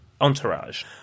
entourage